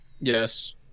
Yes